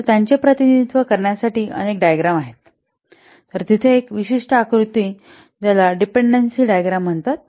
तर त्याचे प्रतिनिधित्व करण्यासाठी अनेक डायग्राम आहेत तर तिथे एक विशिष्ट आकृती ज्याला डिपेंडेंसी डायग्राम म्हणतात